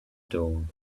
dawn